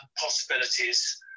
possibilities